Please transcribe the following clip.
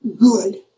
good